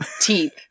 teeth